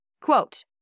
Quote